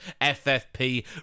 FFP